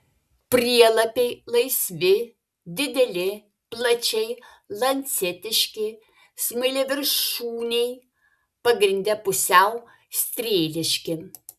prielapiai laisvi dideli plačiai lancetiški smailiaviršūniai pagrinde pusiau strėliški